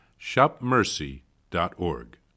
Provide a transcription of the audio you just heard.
shopmercy.org